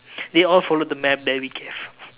they all followed the map that we gave